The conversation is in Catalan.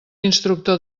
instructor